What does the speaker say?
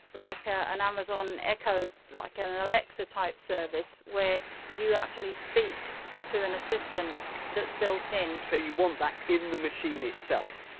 like ah an amazon echo, like an an alexa type service, where you actually speak to an assistant that's built in so you want that in the machine itself?